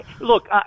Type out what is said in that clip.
look